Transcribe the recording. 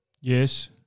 yes